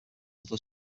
other